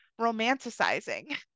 romanticizing